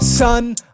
Son